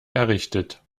errichtet